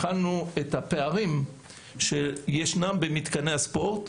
הכנו את הפערים שישנם במתקני הספורט